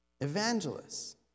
Evangelists